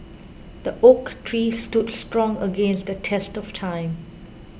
the oak tree stood strong against the test of time